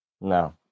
No